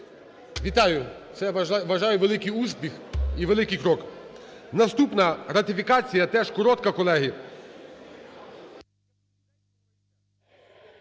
Вітаю. Це, я вважаю, великий успіх і великий крок. Наступна ратифікація, теж коротка, колеги.